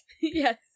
Yes